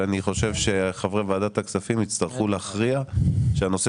אני חושב שחברי ועדת הכספים יצטרכו להכריע שהנושא